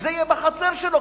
שזה יהיה בחצר שלו,